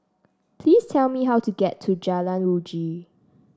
please tell me how to get to Jalan Uji